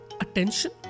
attention